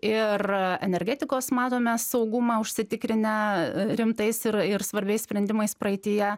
ir energetikos matome saugumą užsitikrinę rimtais ir ir svarbiais sprendimais praeityje